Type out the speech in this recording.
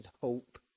hope